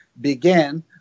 began